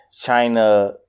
China